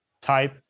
type